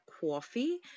coffee